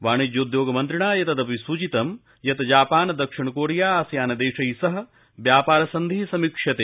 वाणिज्योद्योग मन्त्रिणा एतदपि सूचितं यत् जापान दक्षिण कोरिया आसियान देशैः सह व्यापार सन्धिः समीक्ष्यते